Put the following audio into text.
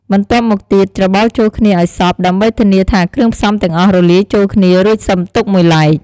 បន្ទាប់មកទៀត ច្របល់ចូលគ្នាឱ្យសព្វ ដើម្បីធានាថាគ្រឿងផ្សំទាំងអស់រលាយចូលគ្នា រួចសិមទុកមួយឡែក។